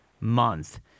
month